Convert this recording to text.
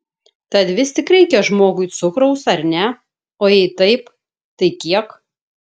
tad vis tik reikia žmogui cukraus ar ne o jei taip tai kiek